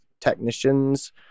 technicians